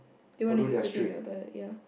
they want to use the deep filter ya